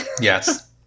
Yes